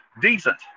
decent